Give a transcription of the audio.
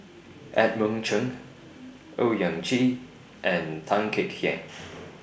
Edmund Cheng Owyang Chi and Tan Kek Hiang